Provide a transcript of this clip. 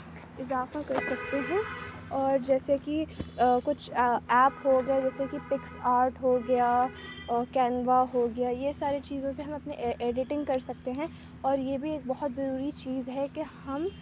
اضافہ کر سکتے ہیں اور جیسے کہ کچھ ایپ ہو گئے جیسے کہ پکس آرٹ ہو گیا کینوا ہو گیا یہ ساری چیزوں سے ہم اپنے ایڈیٹنگ کر سکتے ہیں اور یہ بھی ایک بہت ضروری چیز ہے کہ ہم